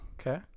okay